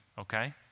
Okay